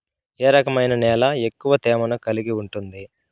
ఏ రకమైన నేల ఎక్కువ తేమను కలిగి ఉంటుంది?